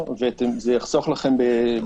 יטען מי שיטען,